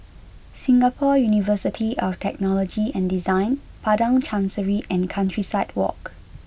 Singapore University of Technology and Design Padang Chancery and Countryside Walk